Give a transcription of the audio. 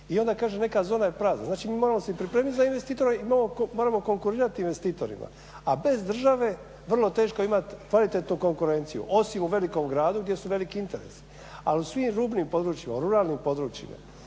I onda kaže, neka zona je prazna, znači mi moramo se pripremiti za investitora i moramo konkurirati investitorima, a bez države vrlo teško je imati kvalitetnu konkurenciju, osim u velikom gradu gdje su veliki interesi. Ali u svim rubnim područjima, ruralnim područjima